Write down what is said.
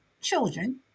children